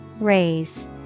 Raise